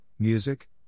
Music